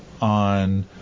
on